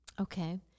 Okay